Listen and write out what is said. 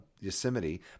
Yosemite